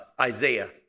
Isaiah